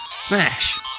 Smash